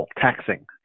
taxing